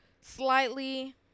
slightly